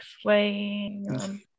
swaying